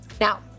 Now